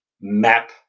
map